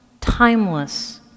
timeless